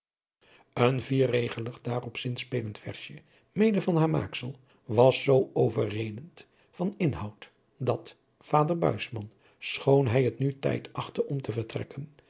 een vierregelig daarop zinspelend versje mede van haar maaksel was zoo overredend van inhoud dat vader buisman schoon hij het nu tijd achtte om te vertrekken